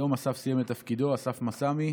היום אסף סיים את תפקידו, אסף מסמי.